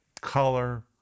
color